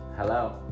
Hello